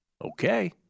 Okay